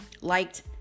liked